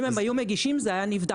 אם הן היו מגישות, זה נבדק.